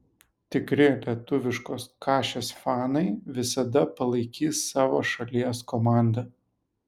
tikri lietuviškos kašės fanai visada palaikys savo šalies komandą